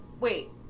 wait